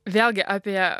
vėlgi apie